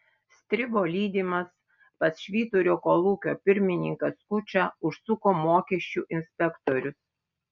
stribo lydimas pas švyturio kolūkio pirmininką skučą užsuko mokesčių inspektorius